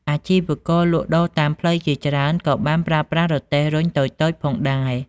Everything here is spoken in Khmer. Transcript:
អាជីវករលក់ដូរតាមផ្លូវជាច្រើនក៏បានប្រើប្រាស់រទេះរុញតូចៗផងដែរ។